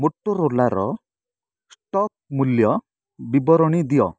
ମୋଟୋରୋଲାର stock ମୂଲ୍ୟ ବିବରଣୀ ଦିଅ